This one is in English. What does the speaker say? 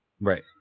right